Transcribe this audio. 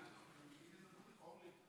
שלוש דקות